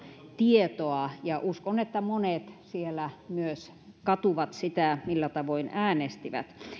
tietoa ja uskon että monet siellä myös katuvat sitä millä tavoin äänestivät